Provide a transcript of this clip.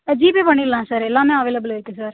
GPay பண்ணிடலாம் sir எல்லாமே available இருக்குது சார்